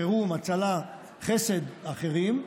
חירום, הצלה, חסד ואחרים.